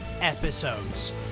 episodes